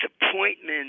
disappointment